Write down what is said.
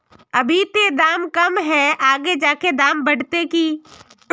अभी ते दाम कम है आगे जाके दाम बढ़ते की?